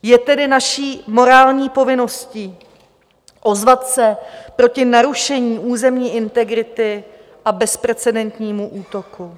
Je tedy naší morální povinností ozvat se proti narušení územní integrity a bezprecedentnímu útoku.